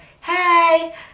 hey